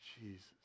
Jesus